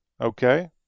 okay